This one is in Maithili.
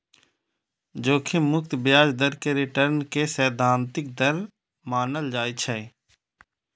जोखिम मुक्त ब्याज दर कें रिटर्न के सैद्धांतिक दर मानल जाइ छै